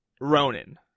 Ronan